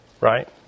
Right